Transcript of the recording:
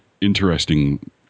interesting